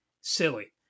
silly